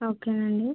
ఓకేనండి